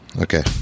okay